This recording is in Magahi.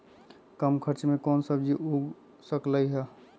कम खर्च मे कौन सब्जी उग सकल ह?